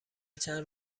چند